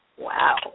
Wow